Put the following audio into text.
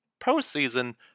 postseason